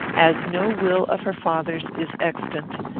as no will of her father's is extant,